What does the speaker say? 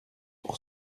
pour